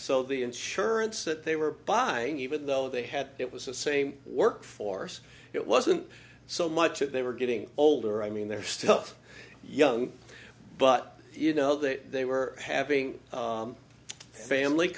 so the insurance that they were buying even though they had it was the same workforce it wasn't so much that they were getting older i mean they're still young but you know that they were having family